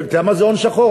אתה יודע מה זה הון שחור?